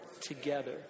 together